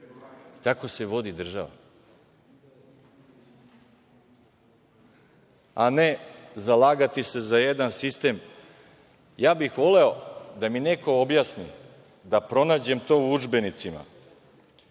Tako se vodi država, a ne zalagati se za jedan sistem. Ja bih voleo da mi neko objasni, da pronađem to u udžbenicima,